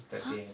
!huh!